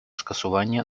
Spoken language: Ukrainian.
скасування